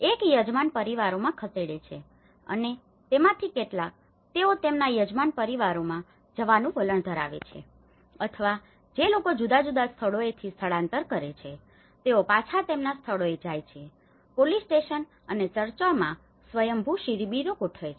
એક યજમાન પરિવારોમાં ખસેડે છે અને તેમાંથી કેટલાક તેઓ તેમના યજમાન પરિવારોમાં જવાનું વલણ ધરાવે છે અથવા જે લોકો જુદા જુદા સ્થળોથી સ્થળાંતર કરે છે તેઓ પાછા તેમના સ્થળોએ જાય છે પોલીસ સ્ટેશન અને ચર્ચોમાં સ્વયંભૂ શિબિરો ગોઠવે છે